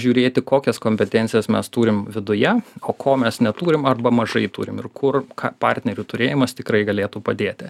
žiūrėti kokias kompetencijas mes turim viduje o ko mes neturim arba mažai turim ir kur partnerių turėjimas tikrai galėtų padėti